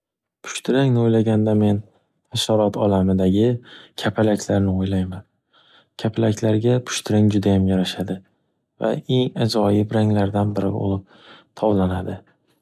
Pushti rangni o‘ylaganda men hashorot olamidagi kapalaklarni o‘ylayman. Kapalaklarga pushti rang judayam yarashadi va eng ajoyib ranglardan biri bo‘lib tovlanadi.